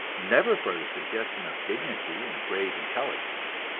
never for the suggestion of dignity and grave intelligence.